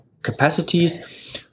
capacities